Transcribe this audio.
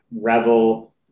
revel